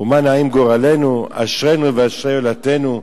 ומה נעים גורלנו", אשרינו ואשרי יולדתנו.